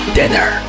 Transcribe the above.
dinner